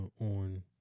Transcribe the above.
on